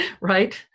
right